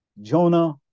Jonah